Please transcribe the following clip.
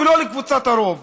תתנהגו כמו רוב.